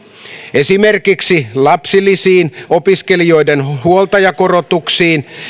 esimerkiksi lapsilisiin opiskelijoiden huoltajakorotuksiin